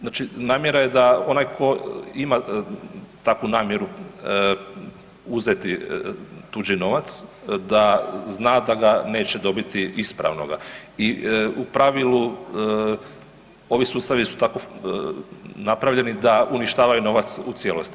Znači, namjera je da onaj tko ima takvu namjeru uzeti tuđi novac da zna da ga neće dobiti ispravnoga i u pravilu ovi sustavi su tako napravljeni da uništavaju novac u cijelosti.